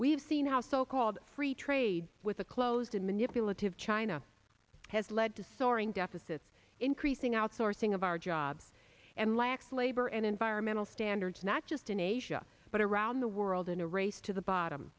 we've seen how so called free trade with a closed manipulative china has led to soaring deficits increasing outsourcing of our jobs and lax labor and environmental standards not just in asia but around the world in a race to the bottom